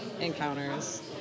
encounters